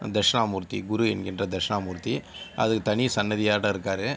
தக்ஷ்ணாமூர்த்தி குரு என்கின்ற தக்ஷ்ணாமூர்த்தி அது தனி சன்னதியாட்டம் இருக்கார்